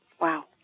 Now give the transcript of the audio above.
Wow